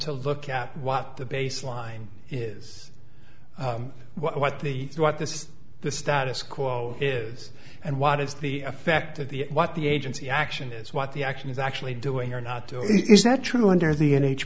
to look at what the baseline is what the what this is the status quo is and what is the effect of the what the agency action is what the action is actually doing or not doing it is that true under the